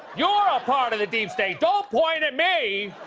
you're a part of the deep state! don't point at me!